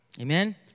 Amen